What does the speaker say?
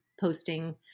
posting